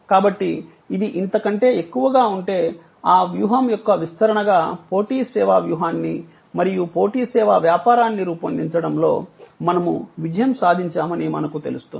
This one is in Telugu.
కాబట్టి ఇది ఇంతకంటే ఎక్కువగా ఉంటే ఆ వ్యూహం యొక్క విస్తరణగా పోటీ సేవా వ్యూహాన్ని మరియు పోటీ సేవా వ్యాపారాన్ని రూపొందించడంలో మనము విజయం సాధించామని మనకు తెలుసుస్తుంది